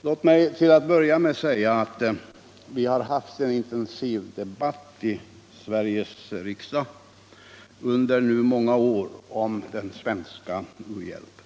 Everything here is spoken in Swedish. Låt mig till att börja med säga att vi nu under många år har haft en intensiv debatt i Sveriges riksdag om den svenska u-hjälpen.